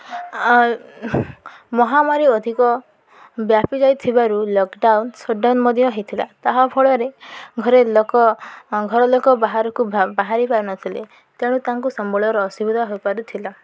ମହାମାରୀ ଅଧିକ ବ୍ୟାପିଯାଇଥିବାରୁ ଲକ୍ଡାଉନ୍ ସଟ୍ ଡାଉନ୍ ମଧ୍ୟ ହୋଇଥିଲା ତାହା ଫଳରେ ଘରେ ଲୋକ ଘର ଲୋକ ବାହାରକୁ ବାହାରି ପାରୁନଥିଲେ ତେଣୁ ତାଙ୍କୁ ସମ୍ବଳର ଅସୁବିଧା ହୋଇପାରୁଥିଲା